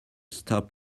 stop